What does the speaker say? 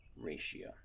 ratio